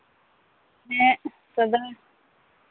ᱦᱮᱸ ᱟᱫᱚ